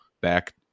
back